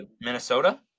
Minnesota